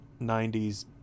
90s